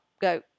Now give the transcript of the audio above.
go